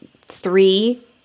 three